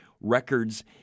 records